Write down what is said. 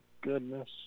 goodness